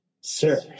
sir